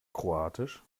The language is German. kroatisch